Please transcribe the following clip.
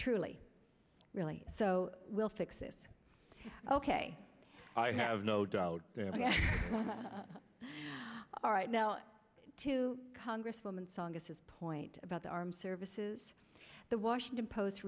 truly really so we'll fix this ok i have no doubt ok all right now to congresswoman tsongas point about the armed services the washington post